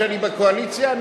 כשאני בקואליציה,